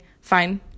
fine